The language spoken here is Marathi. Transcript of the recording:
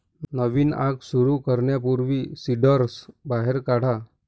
नवीन आग सुरू करण्यापूर्वी सिंडर्स बाहेर काढा